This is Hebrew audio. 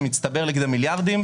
שמצטבר לכדי מיליארדים.